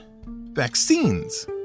vaccines